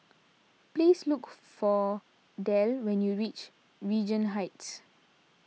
please look for Del when you reach Regent Heights